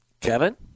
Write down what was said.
Kevin